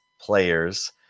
players